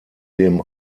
dem